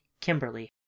Kimberly